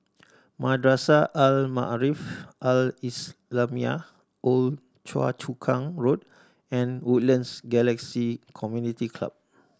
Madrasah Al Maarif Al Islamiah Old Choa Chu Kang Road and Woodlands Galaxy Community Club